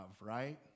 right